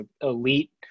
elite